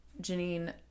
Janine